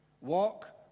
Walk